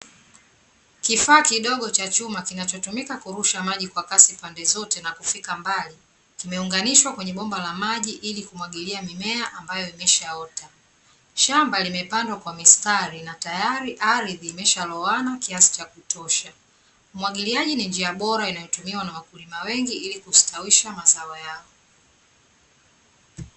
Kifaa kidogo cha chuma kinachotumika kurusha maji kwa kasi pande zote na kufika mbali, kimeunganishwa kwenye bomba la maji ili kumwagilia mimea ambayo imeshaota. Shamba limepandwa kwa mistari na tayari ardhi imeshaloana kiasi cha kutosha. Umwagiliaji ni njia bora inayotumiwa na wakulima wengi, ili kustawisha mazao yao.